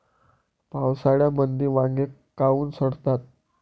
पावसाळ्यामंदी वांगे काऊन सडतात?